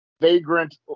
vagrant